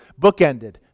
bookended